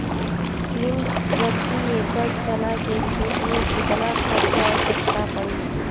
तीन प्रति एकड़ चना के खेत मे कितना खाद क आवश्यकता पड़ी?